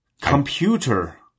computer